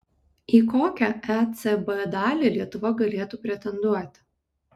į kokią ecb dalį lietuva galėtų pretenduoti